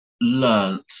learned